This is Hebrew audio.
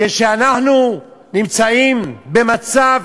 כשאנחנו נמצאים במצב